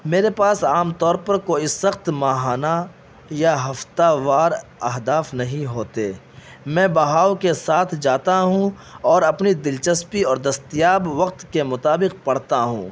میرے پاس عام طور پر کوئی سخت ماہانہ یا ہفتہ وار اہداف نہیں ہوتے میں بہاؤ کے ساتھ جاتا ہوں اور اپنی دلچسپی اور دستیاب وقت کے مطابق پڑھتا ہوں